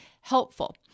helpful